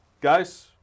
Guys